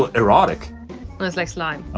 ah erotic and it's like slime